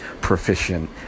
proficient